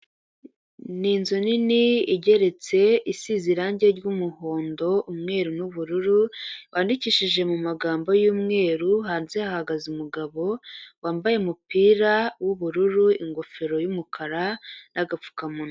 N'inzu nini igeretse isize irangi ry'umuhondo, umweru n'ubururu wandikishije mu mu magambo y'umweru, hanze hagaze umugabo wambaye umupira w'ubururu, ingofero y'umukara n'agapfukamunwa.